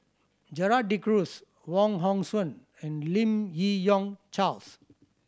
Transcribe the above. Gerald De Cruz Wong Hong Suen and Lim Yi Yong Charles